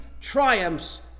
triumphs